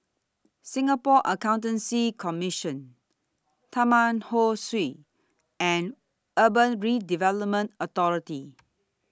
Singapore Accountancy Commission Taman Ho Swee and Urban Redevelopment Authority